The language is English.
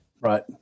right